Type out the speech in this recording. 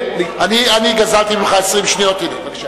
אני גזלתי ממך 20 שניות, הנה, בבקשה.